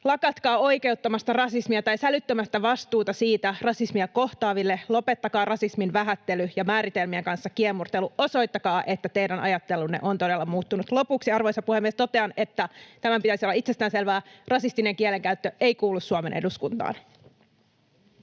Lakatkaa oikeuttamasta rasismia tai sälyttämästä vastuuta siitä rasismia kohtaaville. Lopettakaa rasismin vähättely ja määritelmien kanssa kiemurtelu. Osoittakaa, että teidän ajattelunne on todella muuttunut. Lopuksi, arvoisa puhemies, totean, että tämän pitäisi olla itsestäänselvää: rasistinen kielenkäyttö ei kuulu Suomen eduskuntaan.